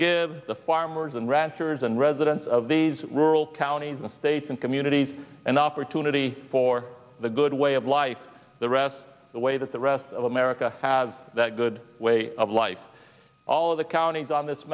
give the farmers and ranchers and residents of these rural counties and states and communities an opportunity for the good way of life the rest of the way that the rest of america has that good way of life all of the counties on this